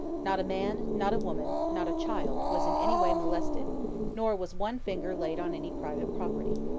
not a man, not a woman, not a child, was in any way molested nor was one finger laid on any private property.